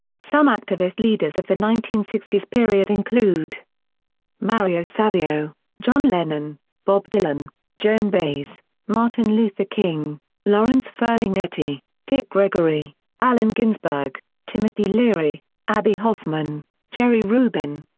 some activist leaders of the nineteen sixty s period include mario savio john lennon bob dylan joan baez martin luther king lawrence ferlinghetti dick gregory allen ginsberg timothy leary abbie hoffman jerry rubin